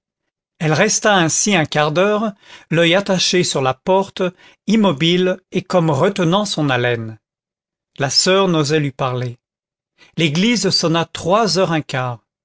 elle resta ainsi un quart d'heure l'oeil attaché sur la porte immobile et comme retenant son haleine la soeur n'osait lui parler l'église sonna trois heures un quart